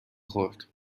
خورد